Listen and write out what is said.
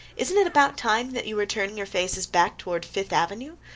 isn't it about time that you were turning your faces back toward fifth avenue?